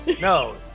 No